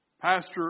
Pastor